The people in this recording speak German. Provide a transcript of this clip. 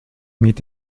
mit